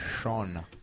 Sean